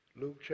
Luke